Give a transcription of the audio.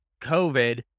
COVID